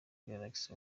galaxy